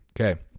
Okay